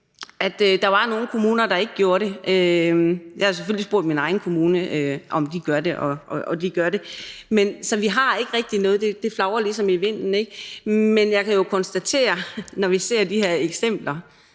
at der var nogle kommuner, der ikke gjorde det. Jeg har selvfølgelig spurgt min egen kommune, om de gør det, og det gør de. Så vi har ikke rigtig noget på det, det flagrer ligesom i vinden, men jeg kan konstatere, at når vi ser på de her eksempler,